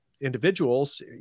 individuals